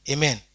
Amen